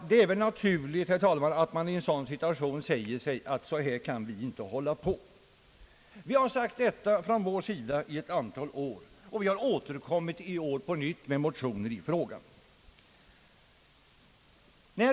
Det är väl naturligt, herr talman, att man i en sådan situation säger sig att vi inte kan hålla på så här. Vi har sagt detta i ett antal år, och vi har i år återkommit med motionen i frågan.